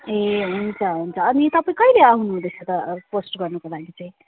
ए हुन्छ हुन्छ अनि तपाईँ कहिले आउनुहुँदैछ त पोस्ट गर्नको लागि चाहिँ